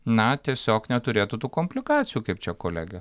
na tiesiog neturėtų tų komplikacijų kaip čia kolegė